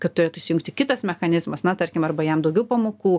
kad turėtų įsijungti kitas mechanizmas na tarkim arba jam daugiau pamokų